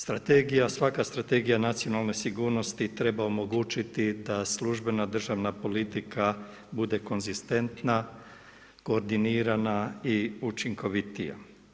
Strategija, svaka strategija nacionalne sigurnosti treba omogućiti da službena državna politika bude konzistentna, koordinirana i učinkovitija.